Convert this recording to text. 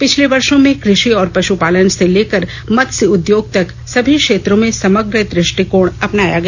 पिछले वर्षो में कृषि और पश्पालन से लेकर मत्स्य उद्योग तक सभी क्षेत्रों में समग्र द्रष्टिकोण अपनाया गया